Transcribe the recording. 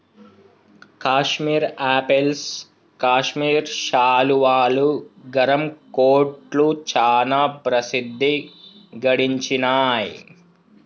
Kashmir apples Kashmir శాలువాలు, గరం కోట్లు చానా ప్రసిద్ధి గడించినాయ్